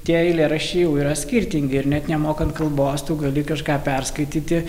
tie eilėraščiai jau yra skirtingi ir net nemokant kalbos tu gali kažką perskaityti